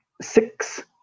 six